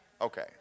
Okay